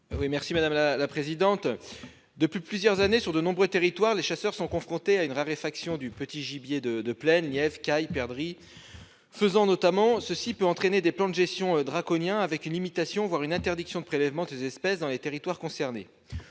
l'amendement n° 169. Depuis plusieurs années, sur de nombreux territoires, les chasseurs sont confrontés à une raréfaction du petit gibier de plaine- lièvres, cailles, perdrix, faisans ...-, ce qui implique parfois des plans de gestion draconiens avec une limitation, voire une interdiction, de prélèvements de ces espèces dans les territoires concernés.